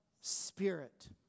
Spirit